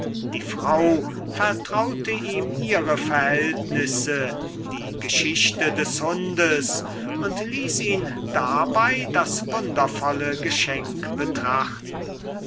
die frau vertraute ihm ihre verhältnisse die geschichte des hundes und ließ ihn dabei das wundervolle geschenk betrachten